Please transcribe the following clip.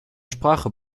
sprache